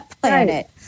planet